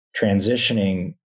transitioning